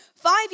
Five